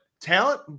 talent